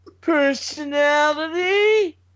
personality